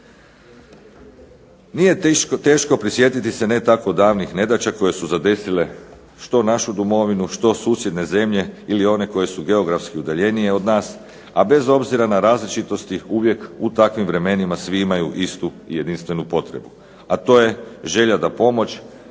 Nije teško prisjetiti se ne tako davnih nedaća koje su zadesile što našu domovinu, što susjedne zemlje ili one koje su geografski udaljenije od nas, a bez obzira na različitosti uvijek u takvim vremenima svi imaju istu jedinstvenu potrebu, a to je želja da pomoć